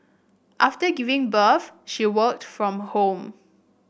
after giving birth she worked from home